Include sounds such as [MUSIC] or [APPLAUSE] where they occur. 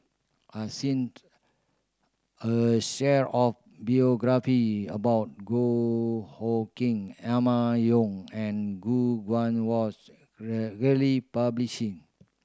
a [UNINTELLIGIBLE] a series of biography about Goh Hood Keng Emma Yong and Gu Guan was [UNINTELLIGIBLE] really published